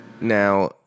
Now